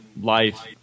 life